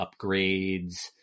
upgrades